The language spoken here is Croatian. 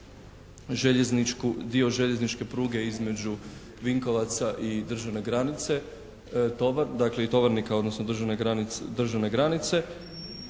dio željezničke pruge između Vinkovaca i državne granice, dakle i Tovarnika odnosno državne granice.